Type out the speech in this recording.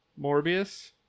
Morbius